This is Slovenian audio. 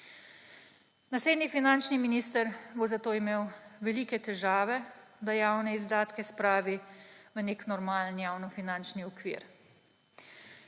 Naslednji finančni minister bo zato imel velike težave, da javne izdatke spravi na nek normalen javnofinančni okvir.